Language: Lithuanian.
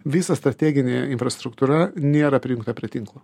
visa strateginė infrastruktūra nėra prijungta prie tinklo